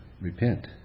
repent